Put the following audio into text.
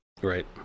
right